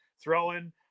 throwing –